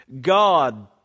god